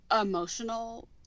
emotional